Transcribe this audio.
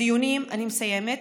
הדיונים הנוספים, אני מסיימת,